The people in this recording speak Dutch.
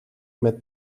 met